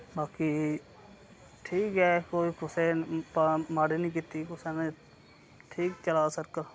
बाकी ठीक ऐ कोई कुसै माड़ी नि कीती कुसै ने ठीक चला दा सर्कल